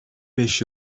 beş